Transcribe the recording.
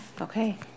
Okay